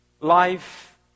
life